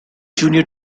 junior